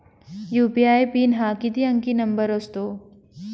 UPI PIN हा किती अंकी नंबर असतो?